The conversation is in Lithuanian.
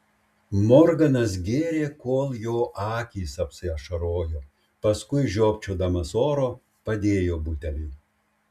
morganas gėrė kol jo akys apsiašarojo paskui žiopčiodamas oro padėjo butelį